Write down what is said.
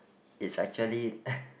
it's actually